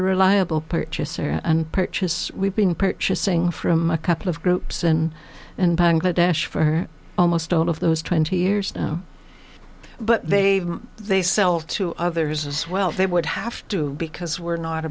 a reliable purchaser and purchase we've been purchasing from a couple of groups and in bangladesh for almost all of those twenty years but they they sell to others as well they would have to because we're not